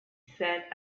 said